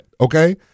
Okay